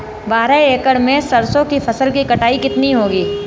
बारह एकड़ में सरसों की फसल की कटाई कितनी होगी?